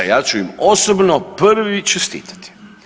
Ja ću im osobno prvi čestitati.